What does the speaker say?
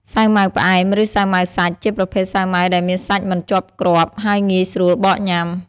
សាវម៉ាវផ្អែម ឬសាវម៉ាវសាច់ ជាប្រភេទសាវម៉ាវដែលមានសាច់មិនជាប់គ្រាប់ ហើយងាយស្រួលបកញ៉ាំ។